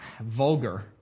vulgar